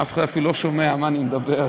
אולי, אף אחד לא שומע מה אני מדבר.